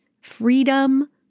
freedom